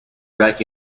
rack